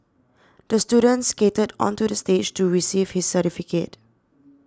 the student skated onto the stage to receive his certificate